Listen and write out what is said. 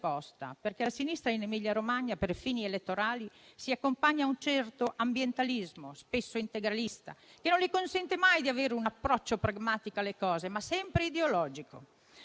perché la sinistra in Emilia-Romagna, per fini elettorali, si accompagna ad un certo ambientalismo, spesso integralista, che non le consente mai di avere un approccio pragmatico alle cose, ma sempre ideologico.